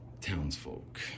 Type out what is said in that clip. townsfolk